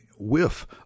whiff